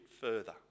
further